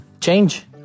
change